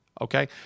Okay